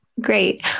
Great